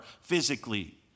physically